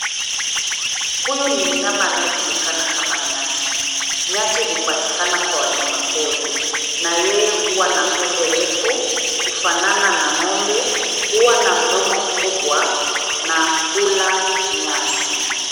Huyu ni mnyama anayejulikana kama nyati. Nyati hupatikana kwa wanyama pori na yeye huwa na pembe refu, hufanana na ng'ombe, huwa na mdomo mkubwa na hula nyasi.